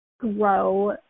grow